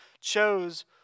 chose